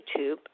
YouTube